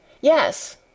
Yes